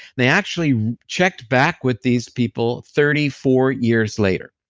they actually checked back with these people thirty four years later,